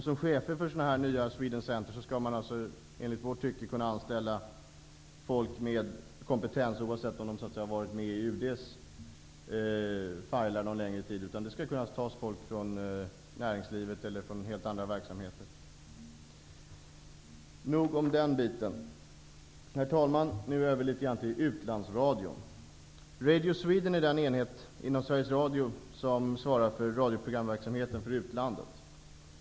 Som chefer för dessa nya Sweden center tycker vi att man skall kunna anställa folk med kompetens oavsett om de varit med i UD:s listor någon längre tid eller inte. Det skall kunna tas människor från näringslivet eller helt andra verksamheter. Nog om den biten! Herr talman! Låt mig nu gå över till utlandsradion. Radio Sweden är den enhet inom Sveriges Radio som svarar för radioprogramverksamheten för utlandet.